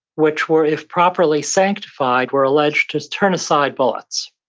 which were, if properly sanctified, were alleged to turn aside bullets.